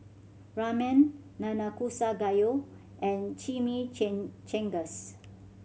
Ramen Nanakusa Gayu and Chimichangas